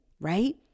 right